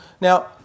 Now